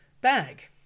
bag